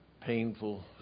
painful